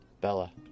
Bella